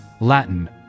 Latin